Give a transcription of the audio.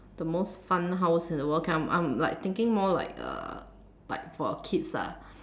the most fun house in the world okay I'm like thinking more like uh like for kids ah